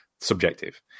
subjective